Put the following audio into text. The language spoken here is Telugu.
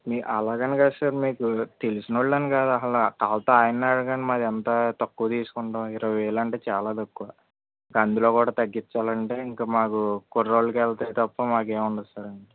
అలాగని కాదు సార్ మీకు తెలిసిన వాళ్ళని కాదు అసలు కావల్సిస్తే ఆయన్ని అడగండి మాది ఎంత తక్కువ తీసుకుంటామో ఇరవై వేలు అంటే చాలా తక్కువ ఇక అందులో కూడా తగ్గించాలంటే ఇంకా మాకు కుర్రోళ్ళకు వెళ్తది తప్ప మాకు ఏమి ఉండదు సార్